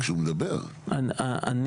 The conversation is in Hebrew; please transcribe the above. אני